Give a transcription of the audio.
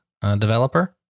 developer